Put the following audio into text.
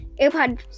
AirPods